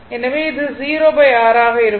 எனவே இது 0 R ஆக இருக்கும்